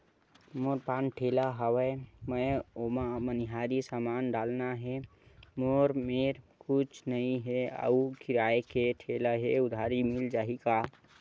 मोर पान ठेला हवय मैं ओमा मनिहारी समान डालना हे मोर मेर कुछ नई हे आऊ किराए के ठेला हे उधारी मिल जहीं का?